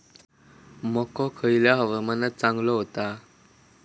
मको खयल्या हवामानात चांगलो होता?